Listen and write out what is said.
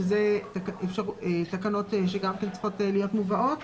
שזה תקנות שצריכות גם כן להיות מובאות.